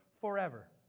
forever